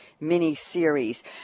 mini-series